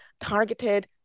targeted